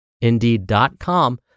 indeed.com